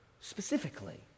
specifically